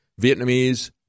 Vietnamese